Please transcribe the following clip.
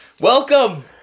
Welcome